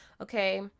Okay